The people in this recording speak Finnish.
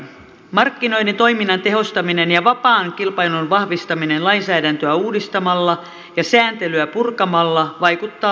markkinoiden toiminnan tehostaminen ja vapaan kilpailun vahvistaminen lainsäädäntöä uudistamalla ja sääntelyä purkamalla vaikuttaa lupaavalta uudistukselta